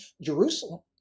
Jerusalem